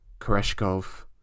Koreshkov